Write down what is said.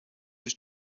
was